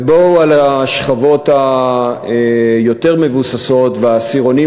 ובשכבות היותר-מבוססות ובעשירונים